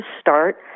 start